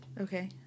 Okay